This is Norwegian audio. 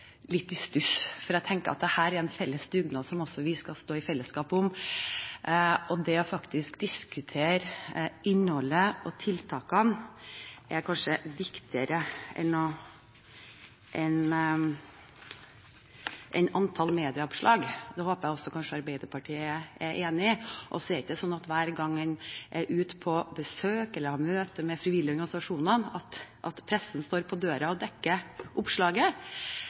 i stuss, for jeg tenker at dette er en felles dugnad som vi skal stå i fellesskap om. Det å faktisk diskutere innholdet og tiltakene er kanskje viktigere enn antall medieoppslag. Det håper jeg at Arbeiderpartiet er enig i. Det er ikke sånn hver gang en er ute på besøk, eller har møter med frivillige organisasjoner, at pressen er på døren og dekker